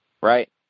Right